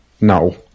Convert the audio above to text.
No